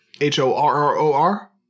H-O-R-R-O-R